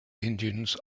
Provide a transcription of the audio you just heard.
indians